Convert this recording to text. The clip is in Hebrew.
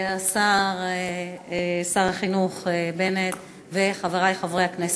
שר החינוך בנט וחברי חברי הכנסת,